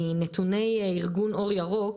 מנתוני ארגון אור ירוק,